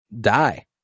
die